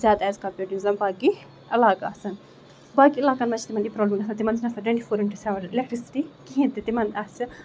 زیادٕ as compared to یِم زَن باقٕے علاقہٕ آسن باقٕے علاقَن منٛز چھِ تِمن یہِ پرابلِم گژھان تِمن چھِنہٕ آسان twenty four in to seven electricity کِہینۍ تہِ تِمن آسہِ